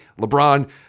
LeBron